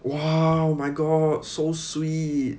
!wah! oh my god so sweet